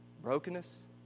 brokenness